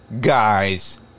guys